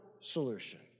solution